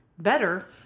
better